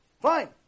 Fine